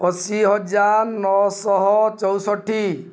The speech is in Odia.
ଅଶୀ ହଜାର ନଅ ଶହ ଚଉଷଠି